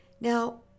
Now